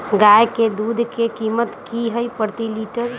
गाय के दूध के कीमत की हई प्रति लिटर?